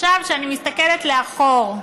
כשאני מסתכלת לאחור,